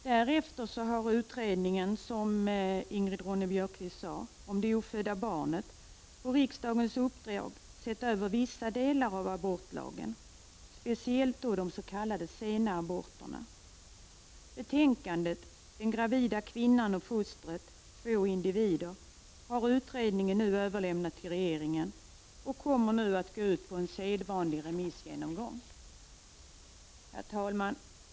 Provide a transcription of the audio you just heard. Därefter har utredningen om det ofödda barnet, som Ingrid Ronne-Björkqvist talade om, på riksdagens uppdrag sett över vissa delar av abortlagen, speciellt de s.k. sena aborterna. Betänkandet ”Den gravida kvinnan och fostret — två individer”, har utredningen nu överlämnat till regeringen, och det skall ut på sedvanlig remissomgång. Herr talman!